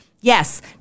Yes